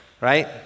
right